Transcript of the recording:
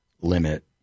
limit